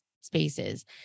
spaces